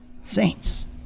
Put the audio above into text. Saints